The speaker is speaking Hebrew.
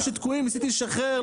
שתקועים, ניסיתי לשחרר.